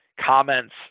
comments